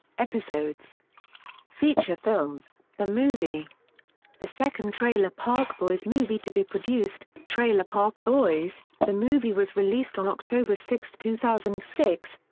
episodes feature films the movie the second trailer park boys movie to be produced, trailer park boys the movie was released on october six, two thousand and six,